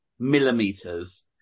Millimeters